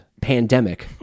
pandemic